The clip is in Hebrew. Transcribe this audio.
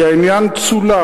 כי העניין צולם,